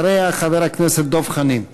אחריה, חבר הכנסת דב חנין.